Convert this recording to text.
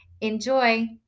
Enjoy